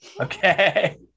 Okay